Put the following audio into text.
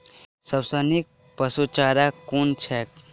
सबसँ नीक पशुचारा कुन छैक?